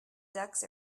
ducks